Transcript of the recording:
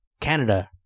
Canada